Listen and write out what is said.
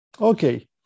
Okay